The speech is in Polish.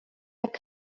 jak